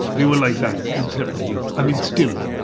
they were like that, inseparable. i mean still,